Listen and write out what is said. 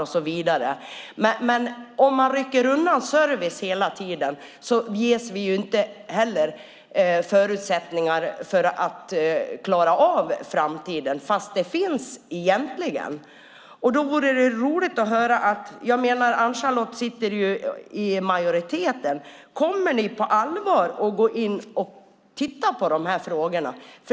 Men om servicen hela tiden rycks undan ges vi inte förutsättningar att klara framtiden. Ann-Charlotte sitter i majoriteten. Kommer ni på allvar att titta på dessa frågor?